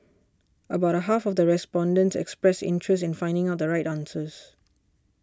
about half of the respondents expressed interest in finding out the right answers